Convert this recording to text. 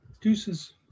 Deuces